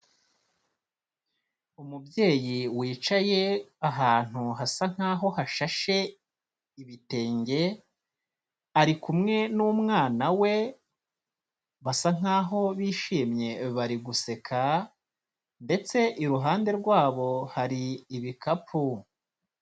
Umubyeyi wicaye ahantu hasa nkaho hashashe ibitenge ari kumwe n'umwana we basa nk'aho bishimye bari guseka ndetse iruhande rwabo hari ibikapu.